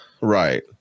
right